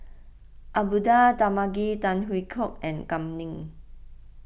Abdullah Tarmugi Tan Hwee Hock and Kam Ning